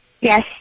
Yes